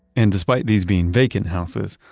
and despite these being vacant houses,